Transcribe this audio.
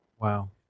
Wow